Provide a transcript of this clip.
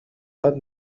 خواد